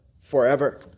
forever